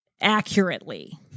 accurately